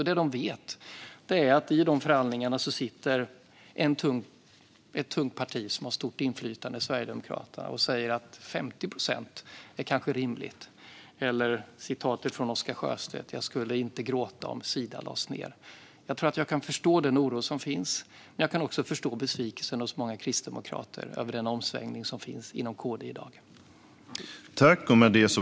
Det de vet är att i dessa förhandlingar sitter ett tungt parti som har stort inflytande, Sverigedemokraterna, och säger att 50 procent kanske är rimligt. Eller som Oscar Sjöstedt sa: Jag skulle inte gråta om Sida lades ned. Jag kan förstå den oro som finns. Och jag kan också förstå besvikelsen hos många kristdemokrater över den omsvängning som i dag skett inom KD.